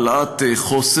1. העלאת חוסן,